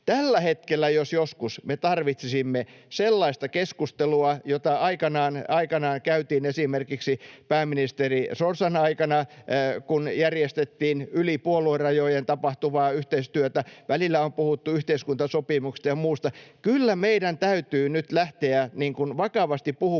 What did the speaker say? Tällä hetkellä jos joskus me tarvitsisimme sellaista keskustelua, jota aikanaan käytiin esimerkiksi pääministeri Sorsan aikana, kun järjestettiin yli puoluerajojen tapahtuvaa yhteistyötä. Välillä on puhuttu yhteiskuntasopimuksesta ja muusta. Kyllä meidän täytyy nyt lähteä vakavasti puhumaan